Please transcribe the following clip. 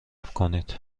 کنید